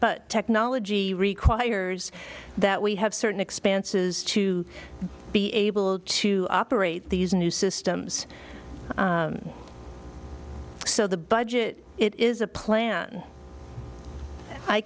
but technology requires that we have certain expenses to be able to operate these new systems so the budget it is a plan i